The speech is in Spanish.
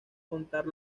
contar